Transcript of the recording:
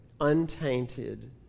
untainted